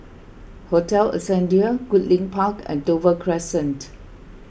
Hotel Ascendere Goodlink Park and Dover Crescent